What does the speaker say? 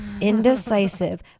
indecisive